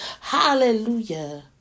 Hallelujah